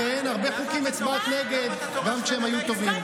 כן, בהרבה חוקים הצבעת נגד, גם כשהם היו טובים.